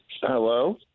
Hello